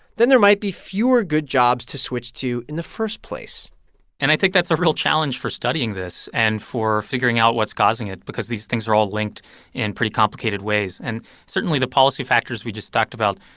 then there might be fewer good jobs to switch to in the first place and i think that's a real challenge for studying this and for figuring out what's causing it because these things are all linked in pretty complicated ways. and certainly the policy factors we just talked about,